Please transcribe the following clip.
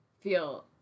feel